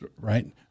right